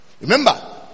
Remember